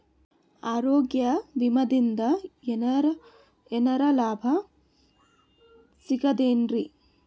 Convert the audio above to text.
ಆರೋಗ್ಯ ವಿಮಾದಿಂದ ಏನರ್ ಲಾಭ ಸಿಗತದೇನ್ರಿ?